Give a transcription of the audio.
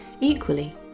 Equally